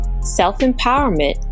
self-empowerment